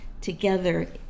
together